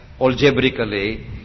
algebraically